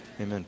amen